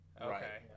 Okay